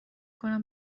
کنم